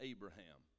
Abraham